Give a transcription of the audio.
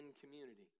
community